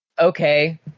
Okay